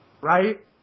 Right